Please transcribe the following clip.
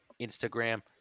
Instagram